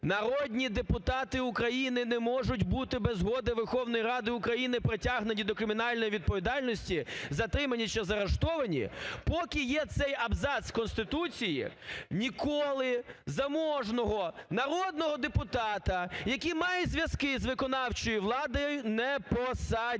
"народні депутати України не можуть бути без згоди Верховної Ради України притягнені до кримінальної відповідальності, затримані чи заарештовані", поки є цей абзац Конституції, ніколи заможного народного депутата, який має зв'язки з виконавчою владою, не посадять,